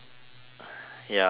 ya call the police